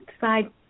side